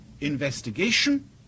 investigation